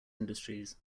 industries